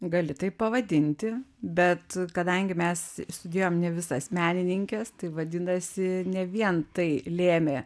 gali taip pavadinti bet kadangi mes sudėjom ne visas menininkes tai vadinasi ne vien tai lėmė